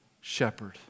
shepherd